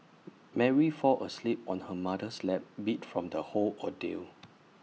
Mary fall asleep on her mother's lap beat from the whole ordeal